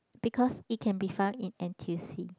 because it can be found in n_t_u_c